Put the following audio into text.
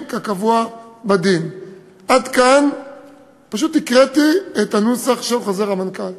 כקבוע בדין"; עד כאן פשוט הקראתי את הנוסח של חוזר המנכ"ל.